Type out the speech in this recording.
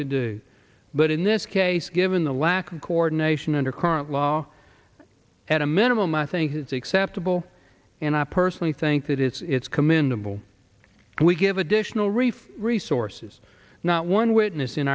to do but in this case given the lack of coordination under current law at a minimum i think it's acceptable and i personally think that it's commendable we give additional reef resources not one witness in